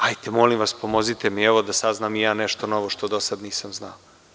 Hajte, molim vas, pomozite mi, evo da saznam i ja nešto novo što do sada nisam znao.